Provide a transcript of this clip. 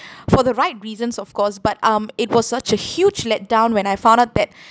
for the right reasons of course but um it was such a huge let down when I found out that